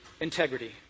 Integrity